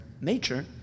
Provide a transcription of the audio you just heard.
nature